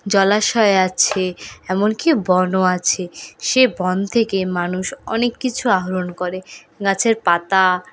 জলাশয় আছে এমনকি বনও আছে সে বন থেকে মানুষ অনেক কিছু আহরণ করে গাছের পাতা